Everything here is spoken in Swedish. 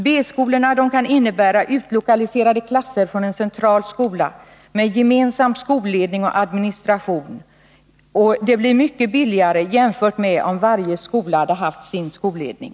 B-skolorna kan innebära 24 november 1981 utlokaliserade klasser från en central skola med gemensam skolledning och administration, och det blir mycket billigare än om varje skola hade haft sin egen skolledning.